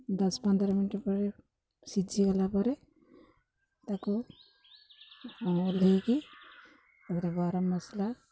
ଦଶ ପନ୍ଦର ମିନିଟ ପରେ ସିଝିଗଲା ପରେ ତାକୁ ଓହ୍ଲେଇକି ତାଧିରେ ଗରମ ମସଲା